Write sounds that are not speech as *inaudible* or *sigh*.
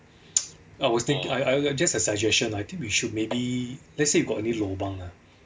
*noise* I was thinking I I I just a suggestion I think we should maybe let's say you got any lobang ah